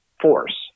force